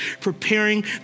preparing